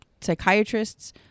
psychiatrists